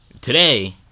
Today